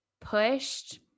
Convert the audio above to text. pushed